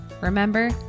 Remember